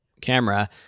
camera